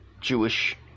Jewish